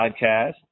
podcast